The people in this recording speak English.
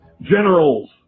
generals